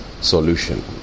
solution